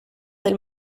del